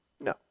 No